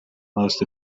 most